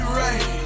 right